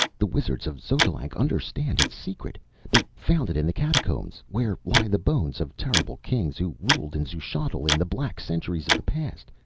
the wizards of xotalanc understand its secret they found it in the catacombs, where lie the bones of terrible kings who ruled in xuchotl in the black centuries of the past.